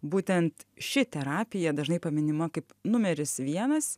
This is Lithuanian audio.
būtent ši terapija dažnai paminima kaip numeris vienas